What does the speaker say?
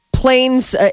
Planes